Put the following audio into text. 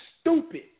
stupid